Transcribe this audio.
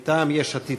סליחה,